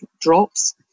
drops